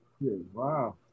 Wow